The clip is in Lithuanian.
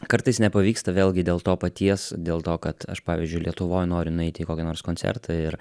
kartais nepavyksta vėlgi dėl to paties dėl to kad aš pavyzdžiui lietuvoj noriu nueiti į kokį nors koncertą ir